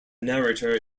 narrator